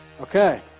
Okay